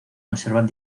conservan